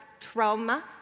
trauma